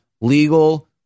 legal